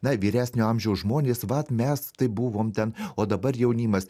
na vyresnio amžiaus žmonės vat mes tai buvom ten o dabar jaunimas